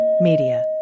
Media